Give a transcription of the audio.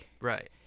Right